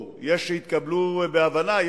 ששהתקבלו בציבור בהבנה,